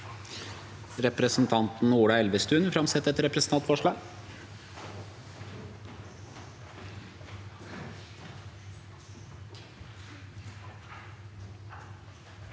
Representanten Ola Elve- stuen vil framsette et representantforslag.